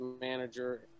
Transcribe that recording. manager